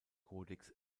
codex